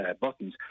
buttons